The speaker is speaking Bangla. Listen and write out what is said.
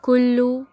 কুল্লু